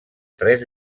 tres